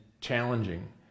challenging